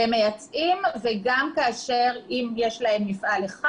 הם מייצאים וגם אם יש להן מפעל אחד,